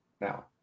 now